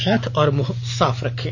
हाथ और मुंह साफ रखें